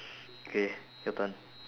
K your turn